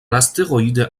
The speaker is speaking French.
astéroïde